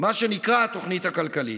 מה שנקרא התוכנית הכלכלית.